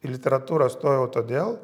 į literatūrą stojau todėl